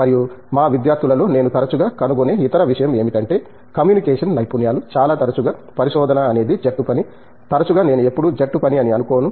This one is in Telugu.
మరియు మా విద్యార్థులలో నేను తరచుగా కనుగొనే ఇతర విషయం ఏమిటంటే కమ్యూనికేషన్ నైపుణ్యాలు చాలా తరచుగా పరిశోధన అనేది జట్టు పని తరచుగా నేను ఎప్పుడూ జట్టు పని అని అనుకోను